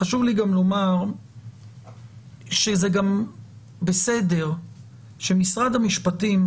חשוב לי גם לומר שזה בסדר שמשרד המשפטים,